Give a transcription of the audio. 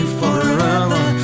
forever